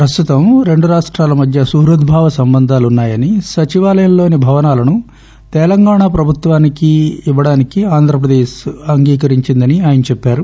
ప్రస్తుతం రెండు రాష్టాల మధ్య సుహృద్బావ సంబంధాలు ఉన్నా యని సచివాలయంలోని భవనాలను తెలంగాణా ప్రభుత్వానికి ఇవ్వడానికి ఆంధ్రప్రదేశ్ అంగీకరించిందని ఆయన చెప్పారు